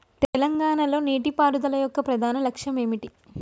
తెలంగాణ లో నీటిపారుదల యొక్క ప్రధాన లక్ష్యం ఏమిటి?